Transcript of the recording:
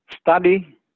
study